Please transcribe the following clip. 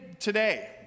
today